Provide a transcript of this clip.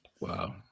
Wow